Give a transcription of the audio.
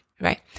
right